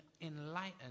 enlightened